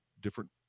different